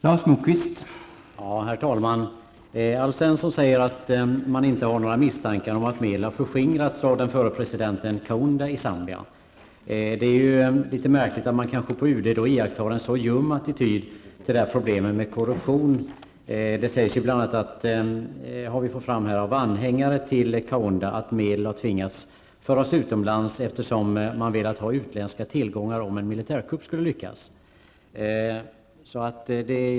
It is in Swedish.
Herr talman! Tack för svaret. Alf Svensson säger att man inte har några misstankar om att medel har förskingrats av den förre presidenten Kaunda i Zambia. Det är litet märkligt att man på UD har en så ljum attityd till problemet med korruption. Av anhängare till Kaunda framgår att medel har tvingats föras utomlands eftersom man har velat ha utländska tillgångar om en militärkupp skulle lyckas.